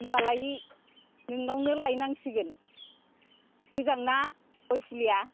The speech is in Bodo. होमब्लालाय नोंनावनो लायनांसिगोन मोजांना गय फुलिया